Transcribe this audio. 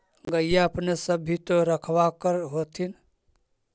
गईया अपने सब भी तो रखबा कर होत्थिन?